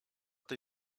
tej